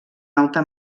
alta